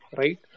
right